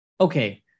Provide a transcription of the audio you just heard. Okay